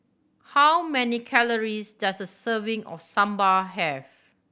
how many calories does a serving of Sambar have